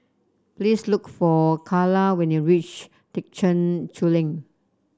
please look for Kayla when you reach Thekchen Choling